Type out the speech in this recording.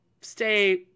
stay